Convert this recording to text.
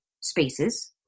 spaces